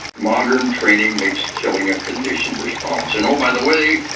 modern training makes killing a conditioned response. and oh, by the way,